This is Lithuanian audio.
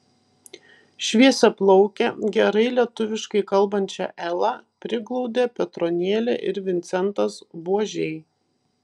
šviesiaplaukę gerai lietuviškai kalbančią elą priglaudė petronėlė ir vincentas buožiai